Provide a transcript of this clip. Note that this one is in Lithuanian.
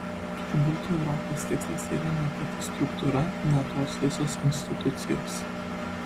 turbūt europos tikslas yra ne pati struktūra ne tos visos institucijos